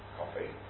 coffee